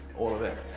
all of this.